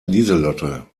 lieselotte